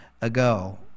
ago